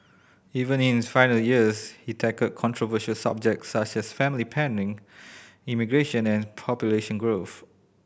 even in his final years he tackled controversial subjects such as family planning immigration and population growth